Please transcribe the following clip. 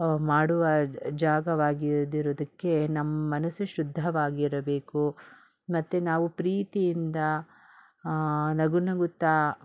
ಮಾಡುವ ಜಾಗವಾಗಿದ್ದಿರೋದಕ್ಕೆ ನಮ್ಮ ಮನಸ್ಸು ಶುದ್ಧವಾಗಿರಬೇಕು ಮತ್ತು ನಾವು ಪ್ರೀತಿಯಿಂದ ನಗು ನಗುತ್ತಾ